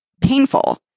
painful